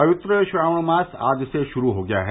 पवित्र श्रावण मास आज से शुरू हो गया है